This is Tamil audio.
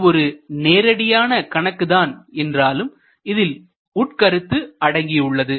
இது ஒரு நேரடியான கணக்கு தான் என்றாலும்இதில் உட்கருத்து அடங்கியுள்ளது